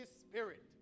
spirit